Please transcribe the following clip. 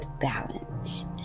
balance